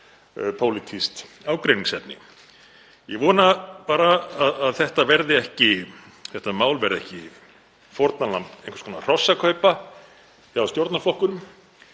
pólitískt ágreiningsefni. Ég vona bara að þetta mál verði ekki fórnarlamb einhvers konar hrossakaupa hjá stjórnarflokkunum.